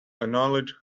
acknowledge